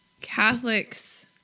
Catholics